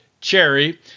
Cherry